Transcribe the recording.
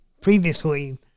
Previously